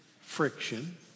friction